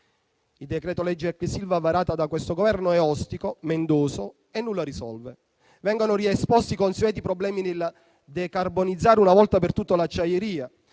Il decreto-legge ex Ilva varato da questo Governo è ostico, mendoso e nulla risolve. Vengono riesposti i consueti problemi nel decarbonizzare una volta per tutte l'acciaieria,